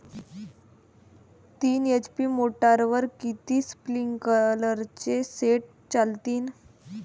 तीन एच.पी मोटरवर किती स्प्रिंकलरचे सेट चालतीन?